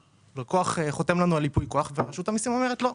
לקוח חותם לנו על ייפוי כוח ורשות המיסים אומרת לא,